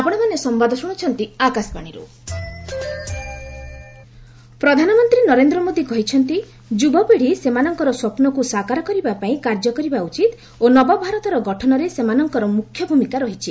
PM youth parliament ପ୍ରଧାନମନ୍ତ୍ରୀ ନରେନ୍ଦ୍ର ମୋଦି କହିଛନ୍ତି ଯୁବପିଢ଼ି ସେମାନଙ୍କର ସ୍ୱପ୍ନକୁ ସାକାର କରିବାପାଇଁ କାର୍ଯ୍ୟ କରିବା ଉଚିତ ଓ ନବଭାରତର ଗଠନରେ ସେମାନଙ୍କର ମୁଖ୍ୟ ଭୂମିକା ରହିଛି